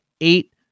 eight